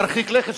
מרחיק לכת,